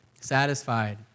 satisfied